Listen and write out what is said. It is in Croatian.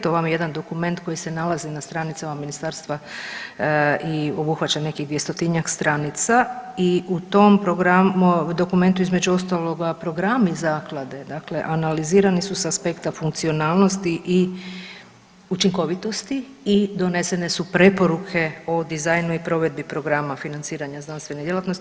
To vam je jedan dokument koji se nalazi na stranicama ministarstva i obuhvaća nekih 200-tinjak stranica i u tom dokumentu između ostaloga programi zaklade dakle analizirani su s aspekta funkcionalnosti i učinkovitosti i donesene su preporuke o dizajnu i provedbi programa financiranja znanstvene djelatnosti.